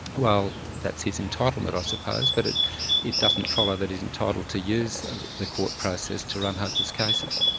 well that's his entitlement i suppose, but it it doesn't follow that he's entitled to use ah the court process to run hopeless cases.